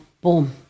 boom